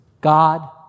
God